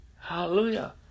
Hallelujah